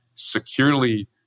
securely